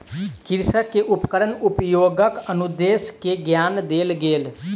कृषक के उपकरण उपयोगक अनुदेश के ज्ञान देल गेल